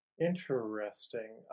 Interesting